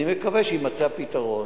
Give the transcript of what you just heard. אני מקווה שיימצא הפתרון.